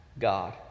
God